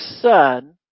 son